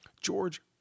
George